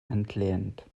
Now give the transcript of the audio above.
entlehnt